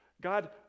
God